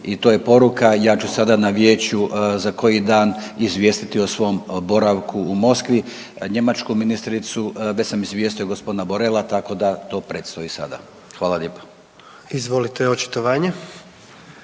i to je poruka. Ja ću sada na vijeću za koji dan izvijestiti o svom boravku u Moskvi, njemačku ministricu već sam izvijestio gospodina Borela tako da to predstoji sada. Hvala lijepa. **Jandroković,